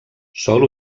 sol